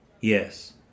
Yes